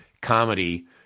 comedy